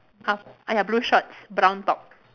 !huh! ah ya blue shorts brown top